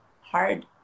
hard